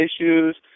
issues